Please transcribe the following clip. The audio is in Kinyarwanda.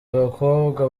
abakobwa